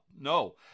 No